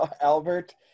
Albert